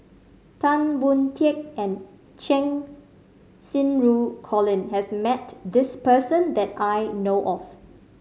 Tan Boon Teik and Cheng Xinru Colin has met this person that I know of